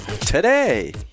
Today